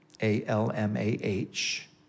A-L-M-A-H